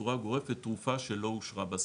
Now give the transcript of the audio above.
בצורה גורפת תרופה שלא אושרה בסל,